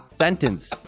sentence